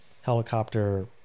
helicopter